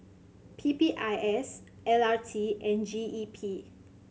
P P I S L R T and G E P